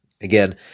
again